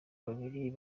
babiri